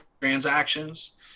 transactions